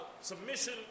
submission